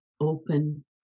Open